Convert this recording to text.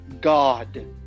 God